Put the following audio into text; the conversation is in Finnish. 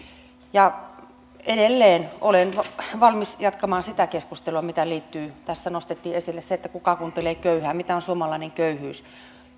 ja edelleen olen valmis jatkamaan sitä keskustelua mikä liittyy tässä nostettiin esille se kuka kuuntelee köyhää mitä on suomalainen köyhyys